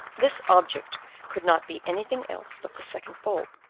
this object could not be anything else but the second bulb,